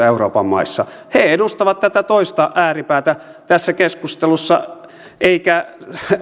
euroopan maissa he edustavat tätä toista ääripäätä tässä keskustelussa eikä